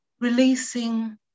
Releasing